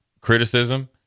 criticism